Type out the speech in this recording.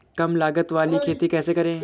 कम लागत वाली खेती कैसे करें?